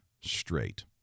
straight